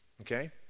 Okay